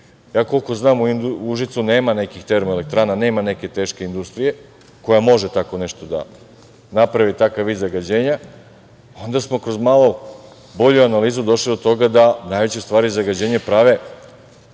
Koliko znam u Užicu nema nekih termoelektrana, nema neke teške industrije koja može tako nešto da napravi, takav vid zagađenja. Onda smo kroz malo bolju analizu došli do toga da najveće, u stvari, zagađenja prave